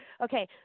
okay